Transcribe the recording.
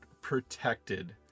protected